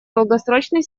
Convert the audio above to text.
долгосрочной